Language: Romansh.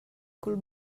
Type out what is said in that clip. cul